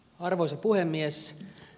arvoisa puhemies